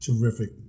Terrific